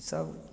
सब